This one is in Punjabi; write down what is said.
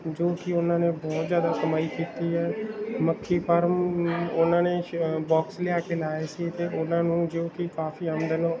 ਜੋ ਕਿ ਉਹਨਾਂ ਨੇ ਬਹੁਤ ਜ਼ਿਆਦਾ ਕਮਾਈ ਕੀਤੀ ਹੈ ਮੱਖੀ ਫਾਰਮ ਉਹਨਾਂ ਨੇ ਬੋਕਸ ਲਿਆ ਕੇ ਲਗਾਏ ਸੀ ਅਤੇ ਉਹਨਾਂ ਨੂੰ ਜੋ ਕਿ ਕਾਫੀ ਆਮਦਨ